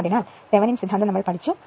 അതിനാൽ തെവെനിൻ സിദ്ധാന്തം നമ്മൾ പഠിച്ചു